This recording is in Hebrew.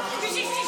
שהם ------ זכותי.